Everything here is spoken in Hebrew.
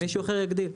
אז מישהו אחר יגדיל.